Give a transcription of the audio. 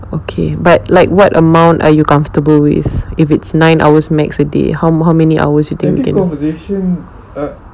okay but like what amount are you comfortable with if it's nine hours makes a day how how many hours you think